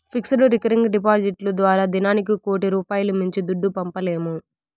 fixed, recurring డిపాడిట్లు ద్వారా దినానికి కోటి రూపాయిలు మించి దుడ్డు పంపలేము